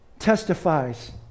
testifies